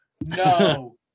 no